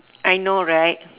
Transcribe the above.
I know right